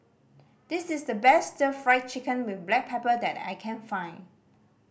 this is the best Stir Fry Chicken with black pepper that I can find